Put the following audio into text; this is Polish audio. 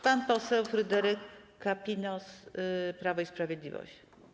Pan poseł Fryderyk Kapinos, Prawo i Sprawiedliwość.